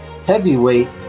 Heavyweight